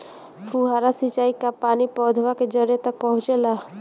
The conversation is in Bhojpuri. फुहारा सिंचाई का पानी पौधवा के जड़े तक पहुचे ला?